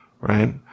right